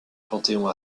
panthéon